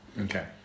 Okay